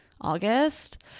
August